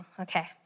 okay